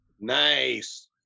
Nice